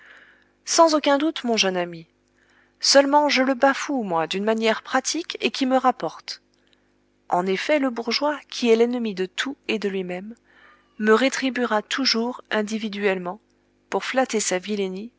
sans aucun doute mon jeune ami seulement je le bafoue moi d'une manière pratique et qui me rapporte en effet le bourgeois qui est l'ennemi de tout et de lui-même me rétribuera toujours individuellement pour flatter sa vilenie